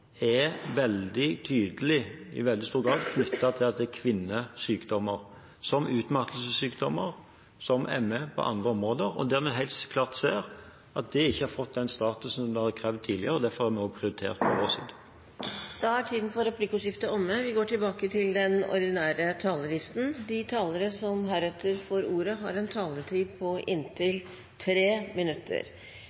veldig tydelig, i veldig stor grad, er knyttet til kvinnesykdommer, som utmattelsessykdommer som ME og på andre områder, og der vi helt klart ser at det ikke har fått den statusen det har krevd tidligere. Derfor har vi også prioritert Taletiden er ute. Replikkordskiftet er omme. De talere som heretter får ordet, har en taletid på inntil 3 minutter.